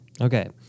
Okay